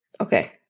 Okay